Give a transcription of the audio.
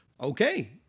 okay